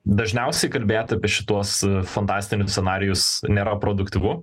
dažniausiai kalbėt apie šituos fantastinius scenarijus nėra produktyvu